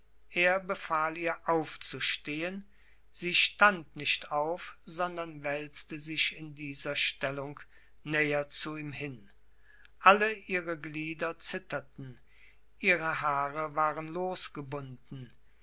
er befahl ihr aufzustehen sie stand nicht auf sondern wälzte sich in dieser stellung näher zu ihm hin alle ihre glieder zitterten ihre haare waren losgebunden